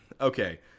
Okay